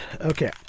Okay